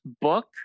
book